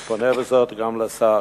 אני פונה בזאת גם לשר,